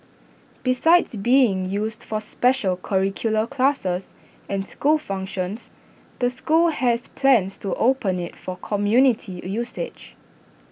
besides being used for special curricular classes and school functions the school has plans to open IT for community usage